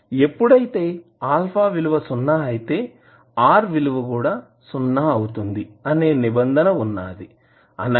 ఎప్పుడైతే α విలువసున్నాఅయితే R విలువ కూడా సున్నా అవుతుంది అనే నిబంధన వున్నది అనగా